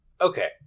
Okay